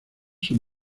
son